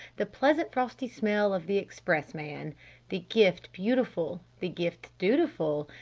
the pleasant frosty smell of the express-man! the gift beautiful! the gift dutiful!